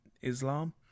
Islam